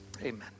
Amen